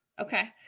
okay